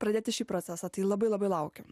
pradėti šį procesą labai labai laukiu